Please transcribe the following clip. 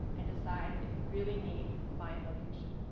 and decide if you really need fine location.